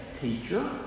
Teacher